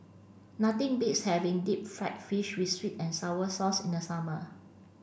nothing beats having deep fried fish with sweet and sour sauce in the summer